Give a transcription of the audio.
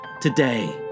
today